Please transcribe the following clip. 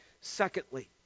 Secondly